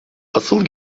asıl